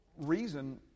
reason